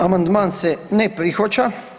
Amandman se ne prihvaća.